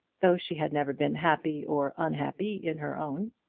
though she had never been happy or unhappy in her own.